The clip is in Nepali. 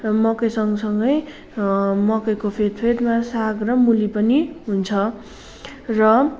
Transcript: मकै सँगसँगै मकैको फेदफेदमा साग र मुली पनि हुन्छ र